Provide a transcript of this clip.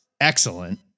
excellent